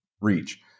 reach